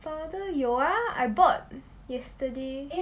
powder 有啊 I bought yesterday